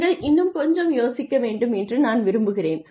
நீங்கள் இன்னும் கொஞ்சம் யோசிக்க வேண்டும் என்று நான் விரும்புகிறேன்